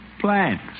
plans